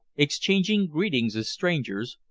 exchanging greetings as strangers,